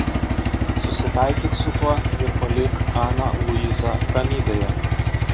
susitaikyk su tuo ir palik aną luizą ramybėje